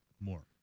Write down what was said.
more